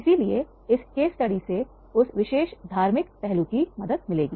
इसलिए इस case study से उस विशेष धार्मिक पहलू की मदद मिलेगी